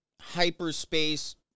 hyperspace